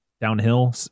downhill